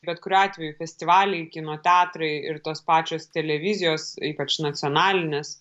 bet kuriuo atveju festivaliai kino teatrai ir tos pačios televizijos ypač nacionalinės